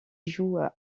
jouent